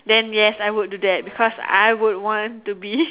then yes I would do that because I would want to be